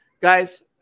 Guys